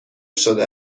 شده